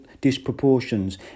disproportions